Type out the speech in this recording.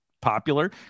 popular